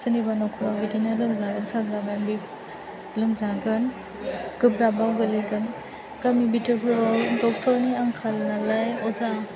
सोरनिबा नखराव बिदिनो लोमजानाय साजानाय बे लोमजागोन गोब्राबाव गोलैगोन गामि बिथोरफोराव डक्टरनि आंखाल नालाय अजा